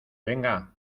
venga